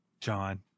John